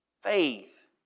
faith